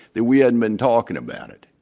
that we hadn't been talking about it.